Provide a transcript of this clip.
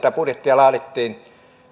budjettia laadittiin